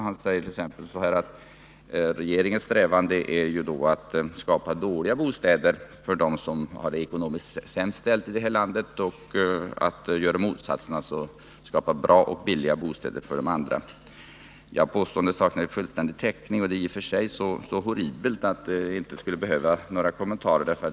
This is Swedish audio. Han säger exempelvis att regeringens strävan är att skapa dåliga bostäder för dem som har det ekonomiskt sämst i det här landet och bra och billiga bostäder för de andra. Detta påstående saknar fullständigt täckning, och det är i och för sig så horribelt att det inte skulle behövas några kommentarer.